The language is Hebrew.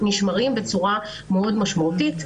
נשמרים בצורה מאוד משמעותית,